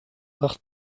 avoir